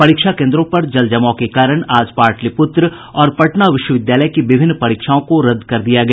परीक्षा केंद्रों पर जलजमाव के कारण आज पाटलिप्त्र और पटना विश्वविद्यालय की विभिन्न परीक्षाओं को रद्द कर दिया गया